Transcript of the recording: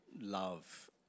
love